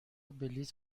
بلیط